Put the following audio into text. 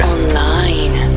Online